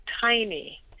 tiny